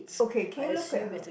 okay can you look at her